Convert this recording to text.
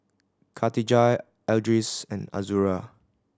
Khatijah Idris and Azura